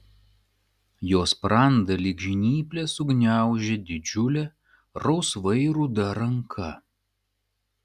jo sprandą lyg žnyplės sugniaužė didžiulė rausvai ruda ranka